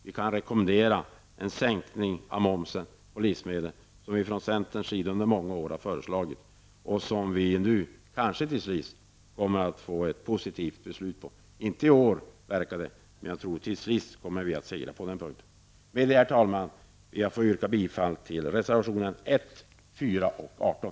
Vi kan rekommendera en sänkning av momsen på livsmedel, som vi från centerns sida under många år har föreslagit och som vi nu till sist kanske kommer att få ett positivt beslut om, inte i år verkar det som, men till sist tror jag att vi kommer att segra på den punkten. Herr talman! Med det anförda ber jag att få yrka bifall till reservationerna 1, 4 och 18.